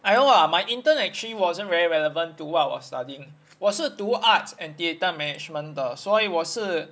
I don't know lah my intern actually wasn't very relevant to what I was studying 我是读 arts and theatre management 的所以我是